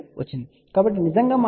కాబట్టి నిజంగా మాట్లాడితే తేడా 0